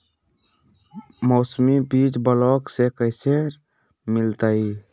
मौसमी बीज ब्लॉक से कैसे मिलताई?